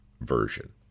version